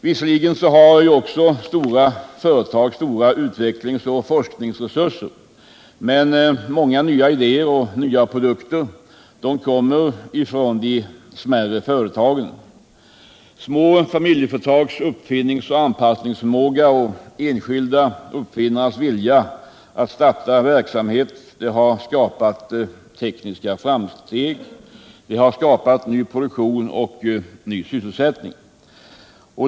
Visserligen har stora företag också stora utvecklingsoch forskningsresurser, men många nya idéer och produkter kommer från de smärre företagen. Små familjeföretags uppfinningsoch anpassningsförmåga och enskilda uppfinnares vilja att starta verksamhet har skapat tekniska framsteg, ny produktion och ny sysselsättning.